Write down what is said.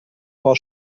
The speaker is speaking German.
paar